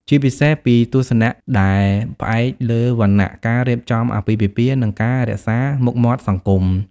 ជាពិសេសពីទស្សនៈដែលផ្អែកលើវណ្ណៈ ការរៀបចំអាពាហ៍ពិពាហ៍ និងការរក្សាមុខមាត់គ្រួសារ។